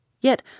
yet